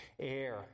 air